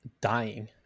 dying